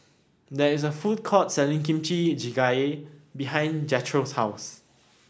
there is a food court selling Kimchi Jjigae behind Jethro's house